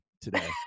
today